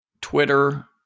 Twitter